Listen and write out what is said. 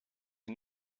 een